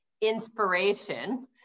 inspiration